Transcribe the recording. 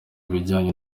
ibijyanye